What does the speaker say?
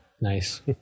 Nice